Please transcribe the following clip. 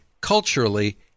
culturally